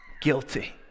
guilty